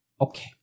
Okay